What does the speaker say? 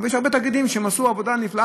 אבל יש הרבה תאגידים שעשו עבודה נפלאה,